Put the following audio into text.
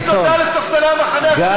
תגידי תודה לספסלי המחנה הציוני,